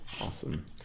awesome